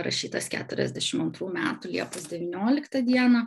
rašytas keturiasdešim antrų metų liepos devynioliktą dieną